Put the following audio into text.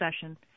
session